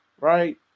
right